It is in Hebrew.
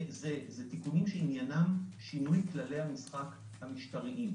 אלה תיקונים שעניינם שינוי כללי המשחק המשטריים.